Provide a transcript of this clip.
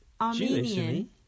Armenian